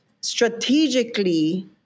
strategically